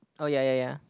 oh ya ya ya